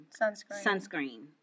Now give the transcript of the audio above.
sunscreen